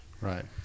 Right